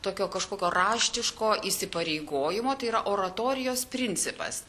tokio kažkokio raštiško įsipareigojimo tai yra oratorijos principas